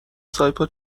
سایپا